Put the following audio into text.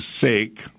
Sake